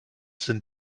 sind